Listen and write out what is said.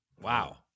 wow